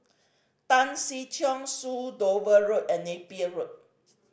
Tan Si Chong Su Dover Road and Napier Road